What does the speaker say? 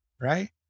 right